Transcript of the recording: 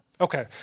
Okay